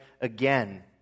again